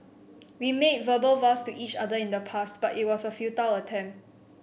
we made verbal vows to each other in the past but it was a futile attempt